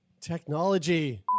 Technology